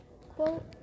quote